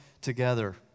together